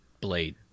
blade